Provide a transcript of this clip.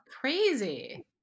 crazy